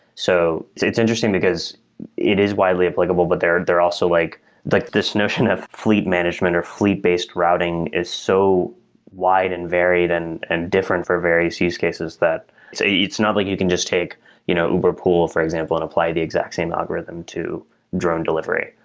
so it's interesting, because it is widely applicable, but they're they're also like like this notion of fleet management, or fleet-based routing is so wide and varied and and different for various use cases that it's it's not like you can just take you know uberpool for example and apply the exact same algorithm to drone delivery,